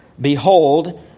Behold